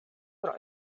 pro